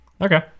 Okay